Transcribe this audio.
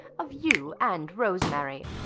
of you and rosemary,